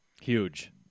Huge